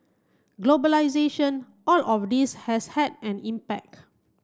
globalisation all of this has had an impact